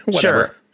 sure